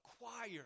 acquire